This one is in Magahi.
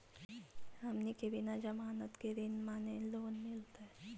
हमनी के बिना जमानत के ऋण माने लोन मिलतई?